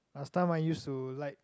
last time I use to like